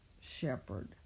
shepherd